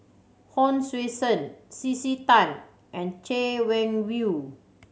Hon Sui Sen C C Tan and Chay Weng Yew